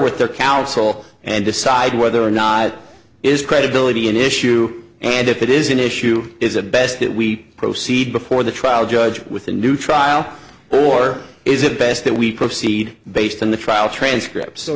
with their counsel and decide whether or not is credibility an issue and if it is an issue is a best that we proceed before the trial judge with a new trial or is it best that we proceed based on the trial transcript so